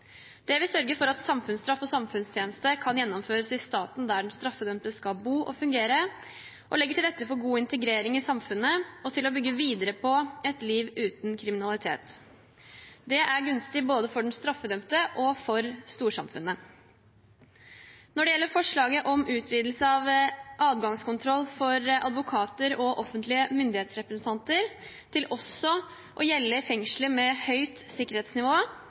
Det vil sørge for at samfunnsstraff og samfunnstjeneste kan gjennomføres i staten der den straffedømte skal bo og fungere, og det legger til rette for god integrering i samfunnet og for å bygge videre på et liv uten kriminalitet. Det er gunstig både for den straffedømte og for storsamfunnet. Når det gjelder forslaget om utvidelse av adgangskontroll overfor advokater og offentlige myndighetsrepresentanter til også å gjelde fengsler med høyt sikkerhetsnivå,